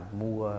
mua